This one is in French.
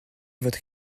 votre